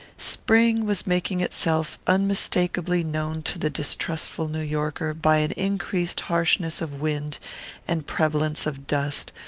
spring was making itself unmistakably known to the distrustful new yorker by an increased harshness of wind and prevalence of dust,